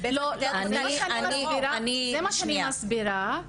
כי בעצם --- זה מה שאני מסבירה.